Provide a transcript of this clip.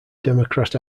democrat